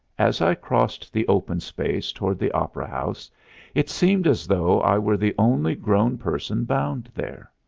as i crossed the open space toward the opera house it seemed as though i were the only grown person bound there.